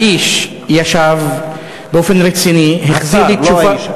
האיש ישב באופן רציני, השר, לא האיש.